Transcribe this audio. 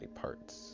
parts